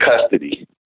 custody